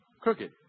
crooked